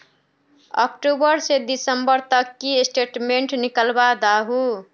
अक्टूबर से दिसंबर तक की स्टेटमेंट निकल दाहू?